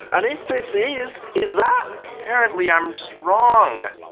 and if this is, is that? apparently, i'm just wrong.